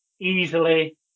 easily